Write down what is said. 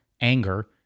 anger